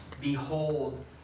Behold